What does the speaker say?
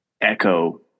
echo